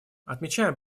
отмечаем